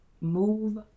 move